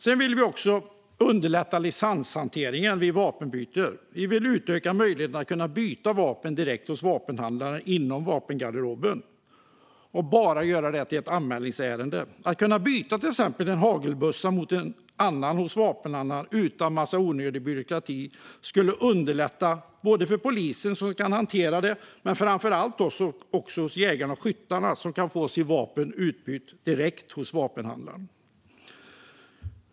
Vi vill också underlätta licenshanteringen vid vapenbyte. Vi vill utöka möjligheten att byta vapen inom vapengarderoben direkt hos vapenhandlaren genom att göra det till ett anmälningsärende. Att till exempel kunna byta en hagelbössa mot en annan hos en vapenhandlare, utan en massa onödig byråkrati, skulle underlätta inte bara för polisen utan framför allt för jägarna och skyttarna, som kan få sitt vapen utbytt direkt hos vapenhandlaren.